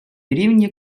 рівні